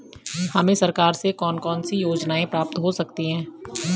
हमें सरकार से कौन कौनसी योजनाएँ प्राप्त हो सकती हैं?